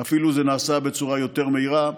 וזה אפילו נעשה בצורה יותר מהירה.